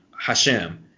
Hashem